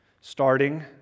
starting